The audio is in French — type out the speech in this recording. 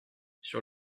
sur